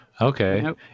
Okay